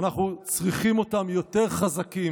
ואנחנו צריכים אותם יותר חזקים,